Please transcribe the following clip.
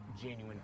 genuine